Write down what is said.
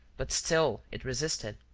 but still it resisted.